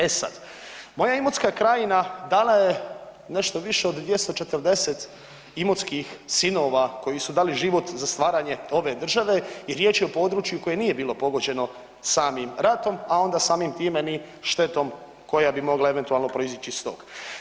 E sad, moja Imotska krajina dala je nešto više od 240 imotskih sinova koji su dali život za stvaranje ove države i riječ je o području koje nije bilo pogođeno samim ratom, a onda samim time ni štetom koja bi eventualno mogla proizići iz tog.